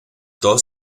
dos